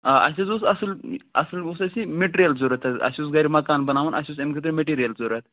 آ اَسہِ حظ اوس اَصٕل اَصٕل اوس اَسہِ یہِ مِٹیٖریل ضروٗرت حظ اَسہِ اوس گَرِ مکان بناوُن اَسہِ اوس اَمہِ خٲطرٕ مِٹیٖریل ضروٗرت